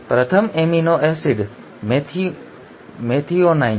પ્રથમ amino acid methionine છે